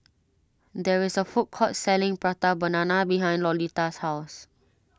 there is a food court selling Prata Banana behind Lolita's house